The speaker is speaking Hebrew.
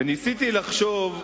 וניסיתי לחשוב,